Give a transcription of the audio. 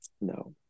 No